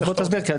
אתה תסביר.